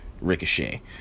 Ricochet